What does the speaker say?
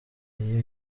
iyo